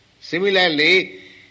Similarly